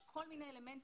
יש כל מיני אלמנטים,